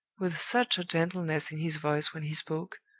with such a gentleness in his voice when he spoke,